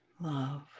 Love